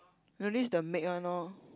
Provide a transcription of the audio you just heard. no this is the make one lor